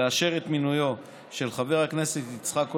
לאשר את מינויו של חבר הכנסת יצחק כהן,